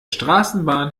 straßenbahn